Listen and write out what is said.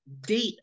date